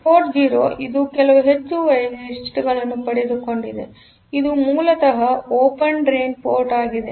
port 0 ಇದು ಕೆಲವು ಹೆಚ್ಚುವರಿ ವೈಶಿಷ್ಟ್ಯಗಳನ್ನು ಪಡೆದುಕೊಂಡಿದೆ ಇದು ಮೂಲತಃ ಓಪನ್ ಡ್ರೈನ್ ಪೋರ್ಟ್ ಆಗಿದೆ